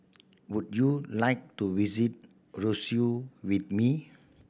would you like to visit Roseau with me